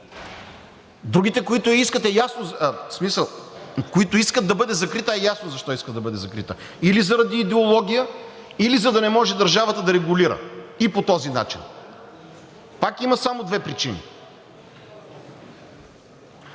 Другите, които искат да бъде закрита, е ясно защо искат да бъде закрита – или заради идеология, или за да не може държавата да регулира и по този начин. Пак има само две причини.